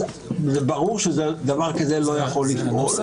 ברור שדבר כזה לא יכול לפעול.